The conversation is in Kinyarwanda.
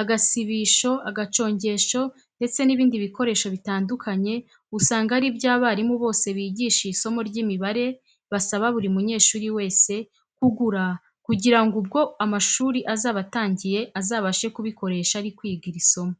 agasibisho, agacongesho ndetse n'ibindi bikoresho bitandukanye usanga ari byo abarimu bose bigisha isomo y'imibare basaba buri munyeshuri wese kugura kugira ngo ubwo amashuri azaba atangiye azabashe kubikoresha ari kwiga iri somo.